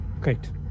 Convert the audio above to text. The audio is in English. Great